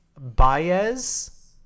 Baez